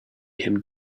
him